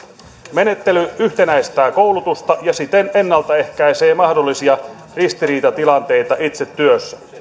menettely yhtenäistää koulutusta ja siten ennaltaehkäisee mahdollisia ristiriitatilanteita itse työssä